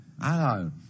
Hello